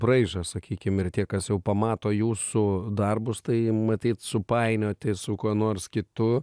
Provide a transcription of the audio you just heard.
braižą sakykim ir tie kas jau pamato jūsų darbus tai matyt supainiot su kuo nors kitu